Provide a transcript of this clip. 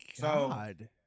God